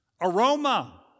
aroma